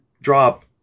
drop